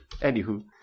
anywho